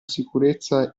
sicurezza